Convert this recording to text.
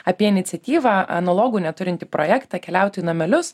apie iniciatyvą analogų neturintį projektą keliautojų namelius